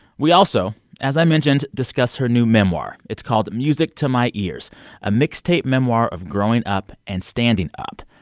we also, as i mentioned, discuss her new memoir. it's called music to my years a mixtape memoir of growing up and standing up.